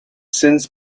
since